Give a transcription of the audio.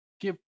give